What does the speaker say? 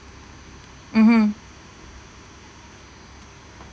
mmhmm